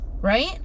right